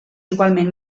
igualment